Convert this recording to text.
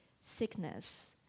sickness